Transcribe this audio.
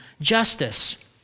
justice